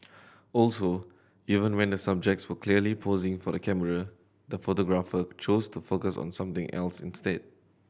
also even when the subjects were clearly posing for the camera the photographer chose to focus on something else instead